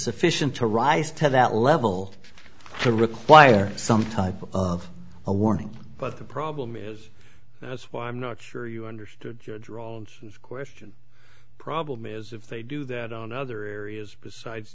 sufficient to rise to that level to require some type of a warning but the problem is that's why i'm not sure you understood your drones question problem is if they do that on other areas besides